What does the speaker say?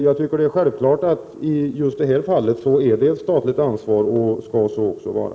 Jag tycker att just i det här fallet är ansvaret statens och skall så vara.